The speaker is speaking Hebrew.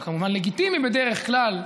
שהוא כמובן לגיטימי בדרך כלל,